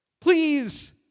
Please